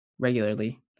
regularly